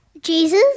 Jesus